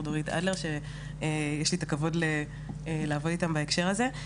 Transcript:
דורית אדלר שיש לי את הכבוד לעבוד איתם בהקשר הזה.